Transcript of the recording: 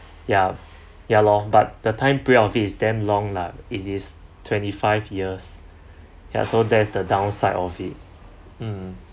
ya ya lor but the time period of it is damn long lah it is twenty five years ya so that is the downside of it mm